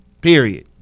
Period